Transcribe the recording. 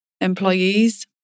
employees